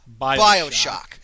Bioshock